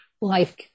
life